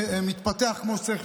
מתפתח כמו שצריך,